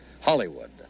Hollywood